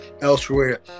elsewhere